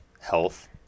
Health